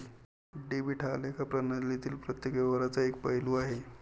debit हा लेखा प्रणालीतील प्रत्येक व्यवहाराचा एक पैलू आहे